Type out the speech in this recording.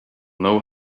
know